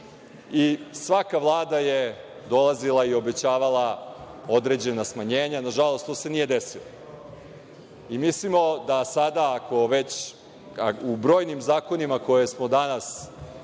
Svaka Vlada je dolazila i obećavala određena smanjenja. Nažalost, to se nije desilo. Mislimo da ako se već u brojnim zakonima koje smo danas stavili